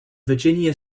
virginia